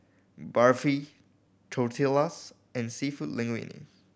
Barfi Tortillas and Seafood Linguine